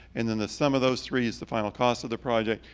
and then the sum of those three is the final cost of the project.